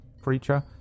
creature